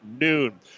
noon